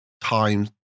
time